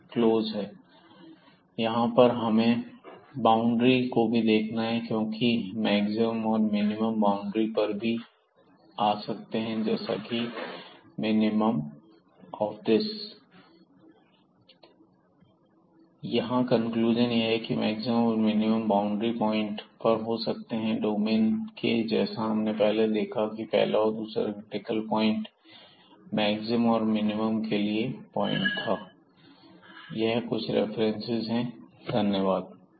Then we have to also look for the boundaries because maximum and minimum may occur on the boundaries which is the case here like minimum is at9 0 or 0 9 कहां पर हमें यहां पर boundary को भी देखना है क्योंकि मैक्सिमम और मिनिमम बाउंड्री पर भी आ सकते हैं जैसा कि यहां पर मिनिमम 9 0 या 0 9 पर है So the conclusion here that maximum and minimum can occur only at the boundary points of the domain that is a one and the second the critical points which we have to look for the possible candidates for maximum and minimum यहां conclusion यह है कि maximum और minimum boundary point पर हो सकते हैं domain के जैसा कि हमने देखा पहला और दूसरा क्रिटिकल पॉइंट मैक्सिमम और मिनिमम के लिए पॉइंट था So these are the references Thank you very much यह कुछ रिफरेंस हैं धन्यवाद